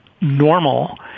normal